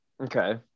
Okay